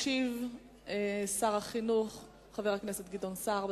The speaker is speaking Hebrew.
ישיב שר החינוך, חבר הכנסת גדעון סער.